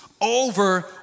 over